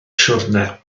siwrne